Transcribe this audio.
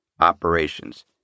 Operations